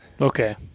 okay